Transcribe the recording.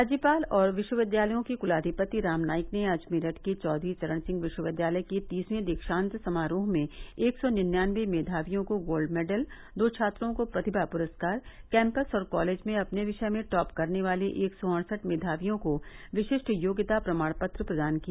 राज्यपाल और विश्वविद्यालयों के क्लाधिपति राम नाईक ने आज मेरठ के चौधरी चरण सिंह विश्वविद्यालय के तीसवें दीक्षान्त समारोह में एक सौ निन्यानवे मेघावियों को गोल्ड मेडल दो छात्रों को प्रतिभा पुरस्कार कैम्पस और कॉलेज में अपने विषय में टॉप करने वाले एक सौ अड़सठ मेधावियों को विशिष्ट योग्यता प्रमाण पत्र प्रदान किया